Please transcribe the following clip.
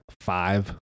five